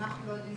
אנחנו לא יודעים